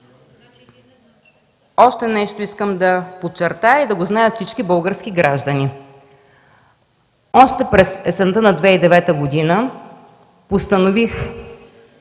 Още нещо искам да подчертая и да го знаят всички български граждани. Още през есента на 2009 г., уважаеми